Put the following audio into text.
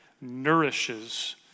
nourishes